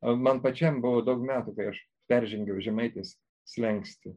man pačiam buvo daug metų kai aš peržengiau žemaitės slenkstį